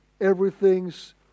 everything's